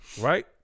right